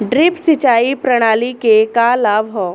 Drip सिंचाई प्रणाली के का लाभ ह?